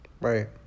Right